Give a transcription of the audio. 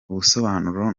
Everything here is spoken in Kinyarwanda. ubusobanuro